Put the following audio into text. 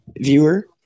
viewer